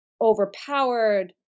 overpowered